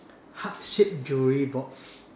heart shaped jewelry box